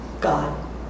God